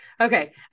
Okay